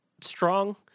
strong